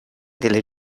delle